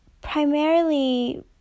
primarily